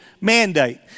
mandate